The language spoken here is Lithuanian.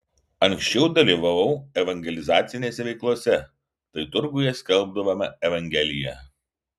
anksčiau dalyvavau evangelizacinėse veiklose tai turguje skelbdavome evangeliją